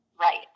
Right